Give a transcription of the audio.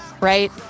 right